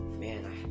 man